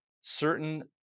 certain